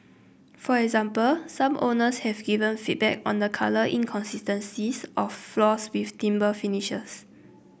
for example some owners have given feedback on the colour inconsistencies of floors with timber finishes